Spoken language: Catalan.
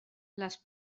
les